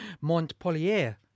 Montpellier